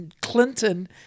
Clinton